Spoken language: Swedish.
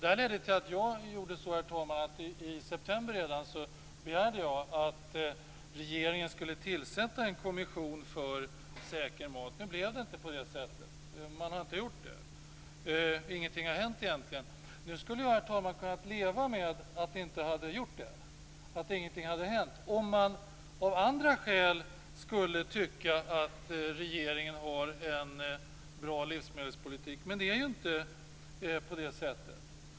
Detta ledde till att jag redan i september begärde att regeringen skulle tillsätta en kommission för säker mat. Nu blev det inte på det sättet. Regeringen har inte gjort det. Ingenting har egentligen hänt. Nu skulle jag, herr talman, ha kunnat leva med att ingenting har hänt om man av andra skäl skulle tycka att regeringen har en bra livsmedelspolitik. Men det är ju inte på det sättet.